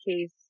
case